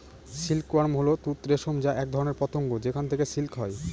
silk worm হল তুঁত রেশম যা এক ধরনের পতঙ্গ যেখান থেকে সিল্ক হয়